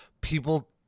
people